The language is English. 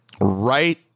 Right